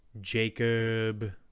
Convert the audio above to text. Jacob